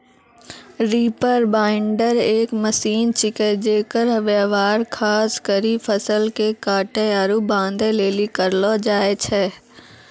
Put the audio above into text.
reaper binder एक machine छिकै जेकर व्यवहार खास करी फसल के काटै आरू बांधै लेली करलो जाय छै